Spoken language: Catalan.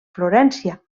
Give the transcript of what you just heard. florència